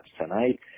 tonight